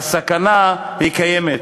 והסכנה, היא קיימת.